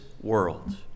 world